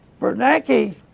Bernanke